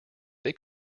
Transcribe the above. they